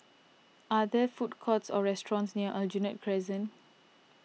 are there food courts or restaurants near Aljunied Crescent